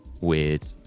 weird